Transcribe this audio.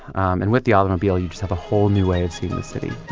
and with the automobile, you just have a whole new way of seeing the city